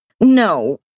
no